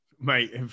Mate